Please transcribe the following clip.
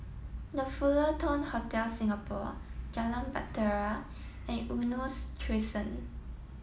The Fullerton Hotel Singapore Jalan Bahtera and Eunos Crescent